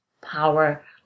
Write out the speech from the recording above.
power